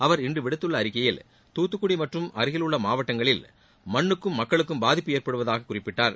அவர் இன்று விடுத்துள்ள அறிக்கையில் தூத்துக்குடி மற்றும் அருகில் உள்ள மாவட்டங்களில் மண்ணுக்கும் மக்களுக்கும் பாதிப்பு ஏற்படுவதாக குறிப்பிட்டார்